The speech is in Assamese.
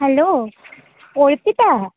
হেল্ল' অৰ্পিতা